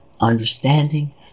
understanding